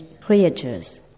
creatures